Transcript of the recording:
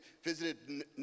Visited